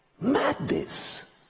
Madness